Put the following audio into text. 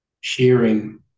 sharing